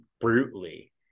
brutally